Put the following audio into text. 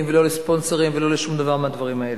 ולא לספונסרים ולא לשום דבר מהדברים האלה,